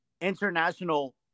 International